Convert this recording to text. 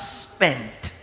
spent